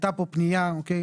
הייתה פה פנייה, אוקיי?